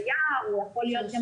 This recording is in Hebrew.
יכול להיות תייר,